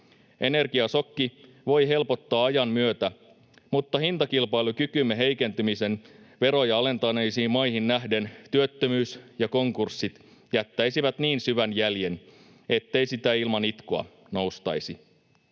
Energiasokki voi helpottaa ajan myötä, mutta hintakilpailukykymme heikentyminen veroja alentaneisiin maihin nähden, työttömyys ja konkurssit jättäisivät niin syvän jäljen, ettei siitä ilman itkua noustaisi.